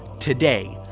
today,